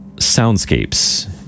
soundscapes